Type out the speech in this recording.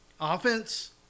offense